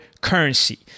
currency